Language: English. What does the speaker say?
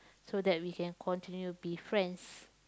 so that we can continue be friends